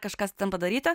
kažkas ten padaryta